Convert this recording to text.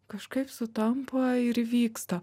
kažkaip sutampa ir vyksta